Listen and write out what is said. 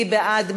מי בעד?